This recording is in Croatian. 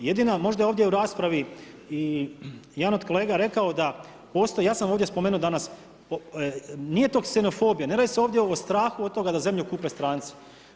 Jedina, možda ovdje u raspravi i jedan od kolega rekao da postoji, ja sam ovdje spomenuo danas, nije to ksenofobija, ne radi se ovdje o strahu od toga da zemlju kupe stranci.